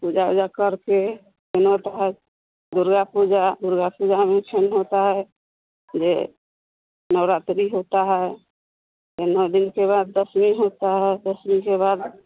पूजा उजा करके दुर्गा पूजा दुर्गा पूजा में होता है जे नवरात्रि होता है फिर नौ दिन के बाद दशमी होता है दशमी के बाद